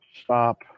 stop